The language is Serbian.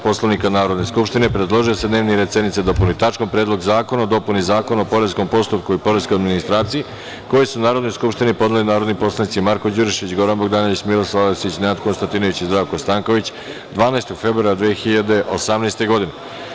Poslovnika Narodne skupštine, predložio je da se dnevni red sednice dopuni tačkom Predlog zakona o dopuni Zakona o poreskom postupku i poreskoj administraciji, koji su Narodnoj skupštini podneli narodni poslanici Marko Đurišić, Goran Bogdanović, Miroslav Aleksić, Nenad Konstantinović i Zdravko Stanković, 12. februara 2018. godine.